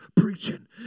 preaching